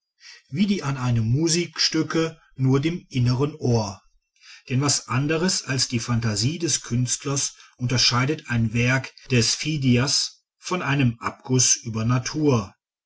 wie die an einem musikstücke nur dem inneren ohr denn was anders als die phantasie des künstlers unterscheidet ein werk des phidias von einem abguß über natur